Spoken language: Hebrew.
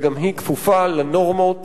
וגם היא כפופה לנורמות